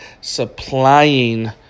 supplying